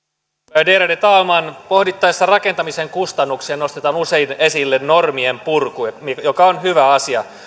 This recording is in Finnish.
värderade talman pohdittaessa rakentamisen kustannuksia nostetaan usein esille normien purku joka on hyvä asia